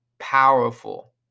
powerful